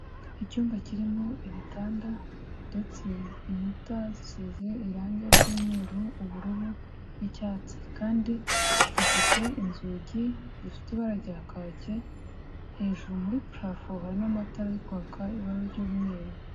Icyumba kirimo ibitanda ndetse inkuta zisize irangi ry'umweru, ubururu n'icyatsi, kandi gifite inzugi zifite ibara rya kake, hejuru muri parafo harimo amatara ari kwaka ibara ry'umweru.